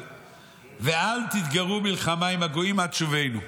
ואל תתגרו מלחמה עם הגויים עד שובנו".